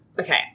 Okay